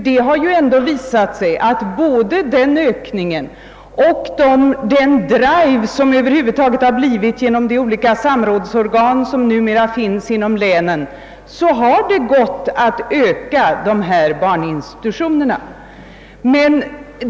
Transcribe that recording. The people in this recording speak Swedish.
Det har ju ändå visat sig att det både genom denna ökning och genom den drive över hela linjen, som satts in genom de olika samrådsorgan, vilka numera finns inom länen, har varit möjligt att utöka den verksamhet som institutionerna bedriver.